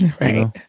right